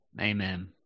amen